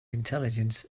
intelligence